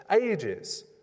ages